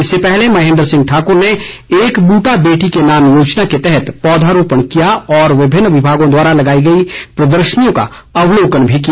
इससे पहले महेन्द्र सिंह ठाकुर ने एक बूटा बेटी के नाम योजना के तहत पौधरोपण किया और विभिन्न विभागों द्वारा लगाई गई प्रदर्शनियों का अवलोकन भी किया